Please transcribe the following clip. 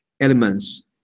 elements